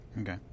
Okay